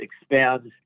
expands